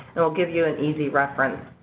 it'll give you an easy reference.